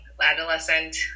adolescent